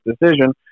decision